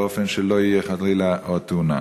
באופן שלא תהיה חלילה עוד תאונה.